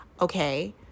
okay